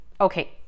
Okay